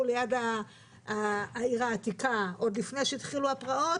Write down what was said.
ליד העיר העתיקה עוד לפני שהתחילו הפרעות,